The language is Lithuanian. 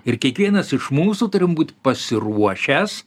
ir kiekvienas iš mūsų turim būt pasiruošęs